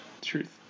truth